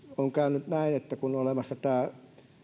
on käynyt näin kun on olemassa tämä